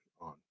on